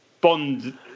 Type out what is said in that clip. bond